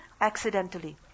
accidentally